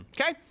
okay